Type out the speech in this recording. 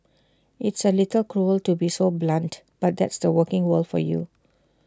it's A little cruel to be so blunt but that's the working world for you